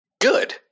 good